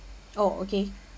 oh okay